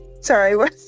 sorry